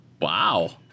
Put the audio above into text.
Wow